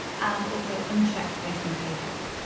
and also uncheck facing pages.